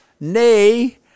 Nay